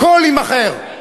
הכול יימכר.